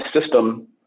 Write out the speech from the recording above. system